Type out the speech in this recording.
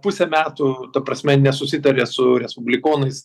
pusę metų ta prasme nesusitarė su respublikonais